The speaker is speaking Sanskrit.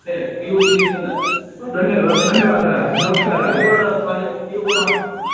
धन्यवादः धन्यवादाः नमस्कारः